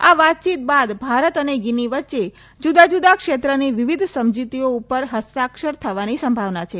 આ વાતચીત બાદ ભારત અને ગીની વચ્ચે જુદાજુદા ક્ષેત્રની વિવિધ સમજૂતીઓ ઉપર હસ્તાક્ષર થવાની સંભાવના છે